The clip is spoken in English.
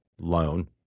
loan